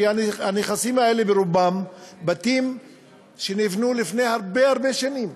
כי הנכסים האלה הם ברובם בתים שנבנו לפני הרבה הרבה שנים,